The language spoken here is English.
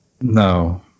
No